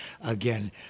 again